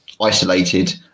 isolated